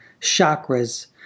chakras